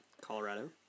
Colorado